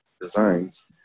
designs